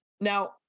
Now